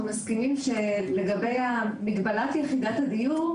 אנחנו מסכימים שלגבי מגבלת יחידת הדיור,